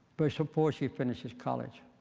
but so before she finishes college.